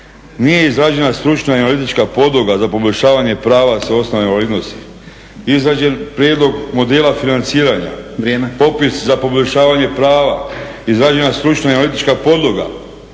Nije izrađena stručna … podloga za poboljšanje prava s osnova invalidnosti, izrađen prijedlog modela financiranja, popis za poboljšanje prava, izrađena stručna i analitička podloga